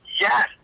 yes